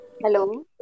Hello